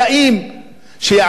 שיעשה דברים רציניים,